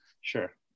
Sure